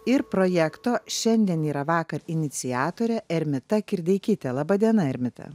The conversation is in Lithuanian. ir projekto šiandien yra vakar iniciatorė ermita kirdeikytė laba diena ermita